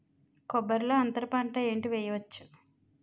కొబ్బరి లో అంతరపంట ఏంటి వెయ్యొచ్చు?